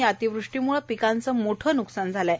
या अतिवृष्टीम्ळे पिकांचं मोठं न्कसान झालं आहे